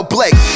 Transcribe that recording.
Blake